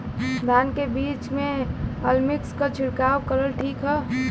धान के बिज में अलमिक्स क छिड़काव करल ठीक ह?